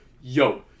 yo